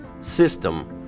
system